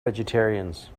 vegetarians